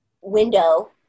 window